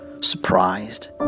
surprised